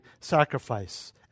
sacrifice